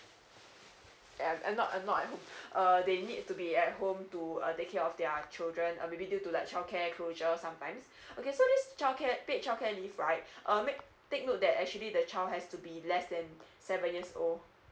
um not um not at home uh they need to be at home to uh take care of their children uh maybe due to the childcare closure sometimes okay so this childcare paid childcare leave right uh make take note that actually the child has to be less than seven years old